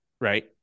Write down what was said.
right